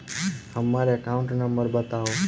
हम्मर account number बताऊ?